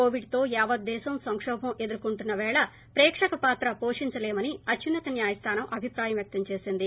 Covid తో యావత్ దేశం సంకోభం ఎదుర్కొంటున్న వేళ ప్రేకక పాత్ర పోషిందాలేమని అత్యున్నత న్యాయస్థానం అభిప్రాయం వ్యక్తం చేసింది